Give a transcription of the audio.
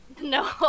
no